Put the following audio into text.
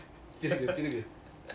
திருகு திருகு:thirugu thirugu